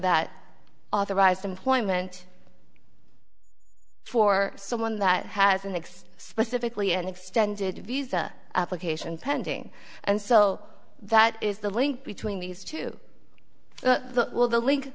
that authorized employment for someone that has an exe specifically and extended visa applications pending and so that is the link between these two the link